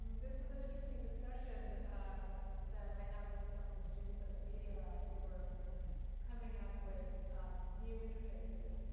this is an interesting discussion that i had with some of the students at the media lab who were coming up with new interfaces,